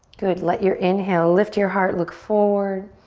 good, let your inhale lift your heart, look forward.